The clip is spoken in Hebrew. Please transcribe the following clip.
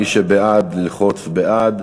מי שבעד, ילחץ בעד.